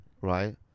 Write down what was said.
right